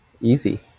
easy